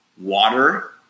water